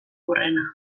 hurrena